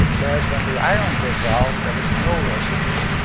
whereas when the iron dissolved, there was no residue,